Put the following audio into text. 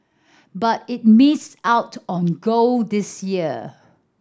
but it missed out on gold this year